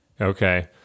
Okay